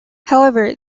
however